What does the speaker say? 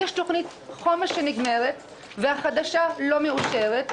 יש תוכנית חומש שנגמרת והחדשה לא מאושרת,